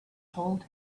told